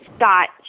Scott